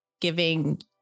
giving